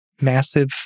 massive